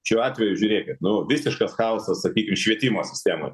šiuo atveju žiūrėkit nu visiškas chaosas sakykim švietimo sistemoj